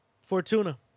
Fortuna